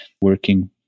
working